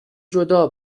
جدا